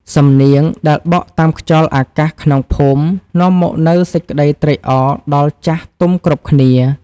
សំនៀងដែលបក់តាមខ្យល់អាកាសក្នុងភូមិ នាំមកនូវសេចក្ដីត្រេកអរដល់ចាស់ទុំគ្រប់គ្នា។